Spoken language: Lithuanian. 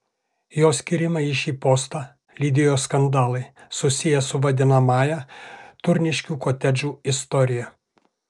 jo skyrimą į šį postą lydėjo skandalai susiję su vadinamąja turniškių kotedžų istorija